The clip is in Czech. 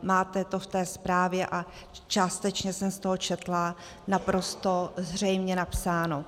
Máte to v té zprávě, a částečně jsem z toho četla, naprosto zřejmě napsáno.